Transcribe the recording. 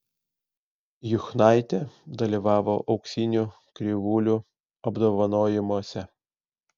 juchnaitė dalyvavo auksinių krivūlių apdovanojimuose